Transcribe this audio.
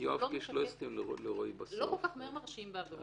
כי לא כל כך מהר מרשיעים בעבירות מין.